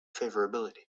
favorability